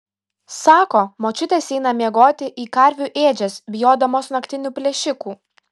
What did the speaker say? sako močiutės eina miegoti į karvių ėdžias bijodamos naktinių plėšikų